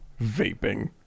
vaping